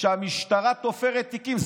שהמשטרה תופרת תיקים.